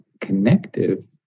connective